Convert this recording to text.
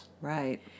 Right